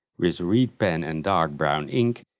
with reed pen and dark-brown ink,